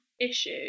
issue